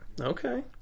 Okay